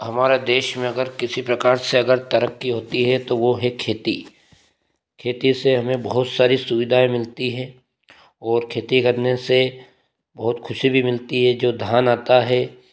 हमारे देश में अगर किसी प्रकार से तरक्की होती है तो वो है खेती खेती से हमें बहुत सारी सुविधाएं मिलती है और खेती करने से बहुत खुशी भी मिलती है जो धान आता है